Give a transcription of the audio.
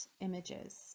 images